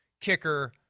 kicker